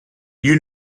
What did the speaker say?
you